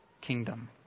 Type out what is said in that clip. kingdom